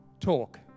talk